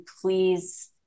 please